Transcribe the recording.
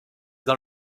dans